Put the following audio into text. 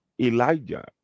elijah